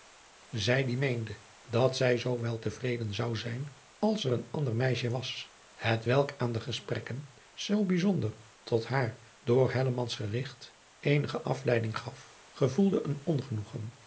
zij die meende dat zij zoo wel te vreden zou zijn als er een ander meisje was het welk aan de gesprekken zoo bijzonder tot haar door hellemans gerigt eenige afleiding gaf gevoelde een ongenoegen